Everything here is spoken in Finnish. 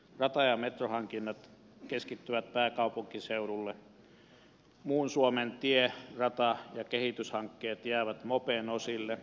rata ja metrohankinnat keskittyvät pääkaupunkiseudulle muun suomen tie rata ja kehityshankkeet jäävä mopen osille